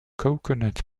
coconut